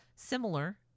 Similar